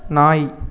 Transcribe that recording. நாய்